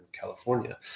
california